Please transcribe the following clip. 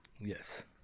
Yes